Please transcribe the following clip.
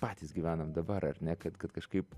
patys gyvenam dabar ar ne kad kad kažkaip